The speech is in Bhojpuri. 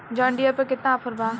जॉन डियर पर केतना ऑफर बा?